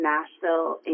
Nashville